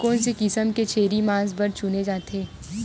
कोन से किसम के छेरी मांस बार चुने जाथे?